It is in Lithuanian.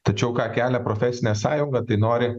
tačiau ką kelia profesinė sąjunga tai nori